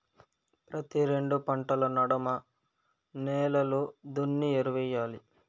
ప్రతి రెండు పంటల నడమ నేలలు దున్ని ఎరువెయ్యాలి